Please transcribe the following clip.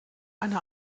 eine